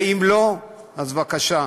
ואם לא, אז בבקשה,